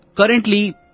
Currently